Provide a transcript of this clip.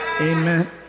Amen